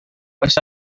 oes